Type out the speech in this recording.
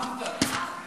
קצר ומעניין.